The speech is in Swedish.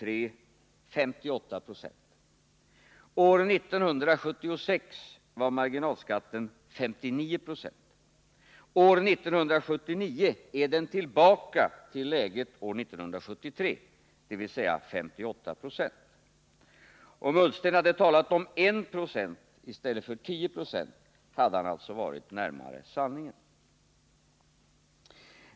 År 1976 var marginalskatten 59 20. År 1979 är den tillbaka till läget år 1973, dvs. 58 20. Om Ola Ullsten hade talat om 1 26 i stället för 10 20, hade han alltså varit närmare sanningen.